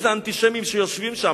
מי זה האנטישמים שיושבים שם,